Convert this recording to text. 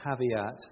caveat